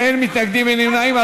אין מתנגדים, אין נמנעים.